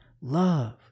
Love